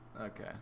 Okay